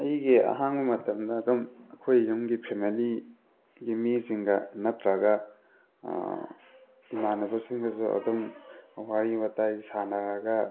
ꯑꯩꯒꯤ ꯑꯍꯥꯡꯕ ꯃꯇꯝꯗ ꯑꯗꯨꯝ ꯑꯩꯈꯣꯏ ꯌꯨꯝꯒꯤ ꯐꯦꯃꯦꯂꯤꯒꯤ ꯃꯤꯁꯤꯡꯒ ꯅꯠꯇ꯭ꯔꯒ ꯏꯃꯥꯟꯅꯕꯁꯤꯡꯒꯁꯨ ꯑꯗꯨꯝ ꯋꯥꯔꯤ ꯋꯥꯇꯥꯏ ꯁꯥꯟꯅꯔꯒ